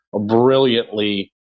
brilliantly